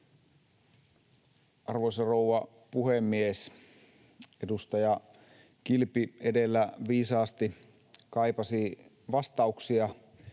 Arvoisa rouva puhemies! Edustaja Kilpi edellä viisaasti kaipasi vastauksia